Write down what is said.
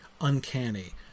uncanny